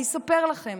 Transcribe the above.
אני אספר לכם